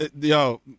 yo